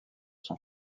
son